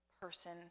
person